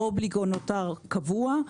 האובליגו נותר קובע.